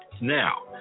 now